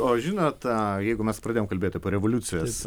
o žinot tą jeigu mes pradėjom kalbėt apie revoliucijas